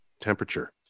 temperature